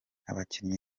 abakinnyi